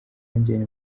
yongera